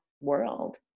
world